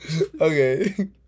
Okay